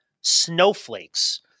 snowflakes